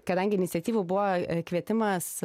kadangi iniciatyva buvo kvietimas